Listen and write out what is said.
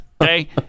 okay